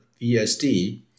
VSD